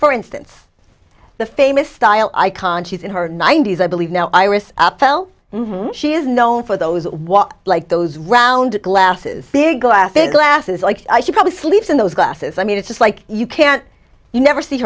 for instance the famous style icon she's in her ninety's i believe now iris fell she is known for those what like those round glasses big laughing glasses like she probably sleeps in those glasses i mean it's just like you can't you never see